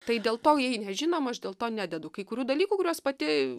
tai dėl to jei nežinom aš dėl to nededu kai kurių dalykų kuriuos pati